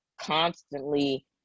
constantly